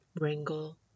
wrangle